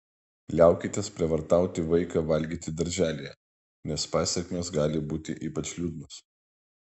liaukitės prievartauti vaiką valgyti darželyje nes pasekmės gali būti ypač liūdnos